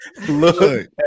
Look